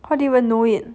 how do you even know it